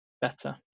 better